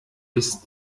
bis